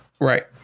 right